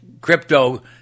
crypto